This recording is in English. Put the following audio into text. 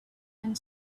and